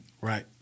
Right